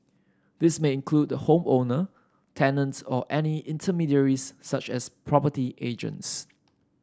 this may include the home owner tenants or any intermediaries such as property agents